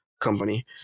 company